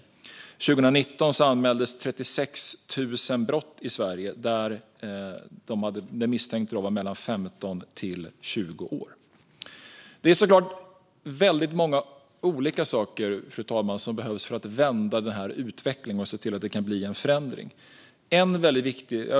År 2019 anmäldes 36 000 brott i Sverige där den misstänkta var mellan 15 och 20 år. Fru talman! Det är såklart många saker som behövs för att vända utvecklingen och se till att det kan bli en förändring.